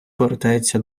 повертається